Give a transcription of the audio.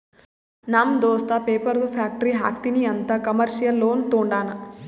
ನಮ್ ದೋಸ್ತ ಪೇಪರ್ದು ಫ್ಯಾಕ್ಟರಿ ಹಾಕ್ತೀನಿ ಅಂತ್ ಕಮರ್ಶಿಯಲ್ ಲೋನ್ ತೊಂಡಾನ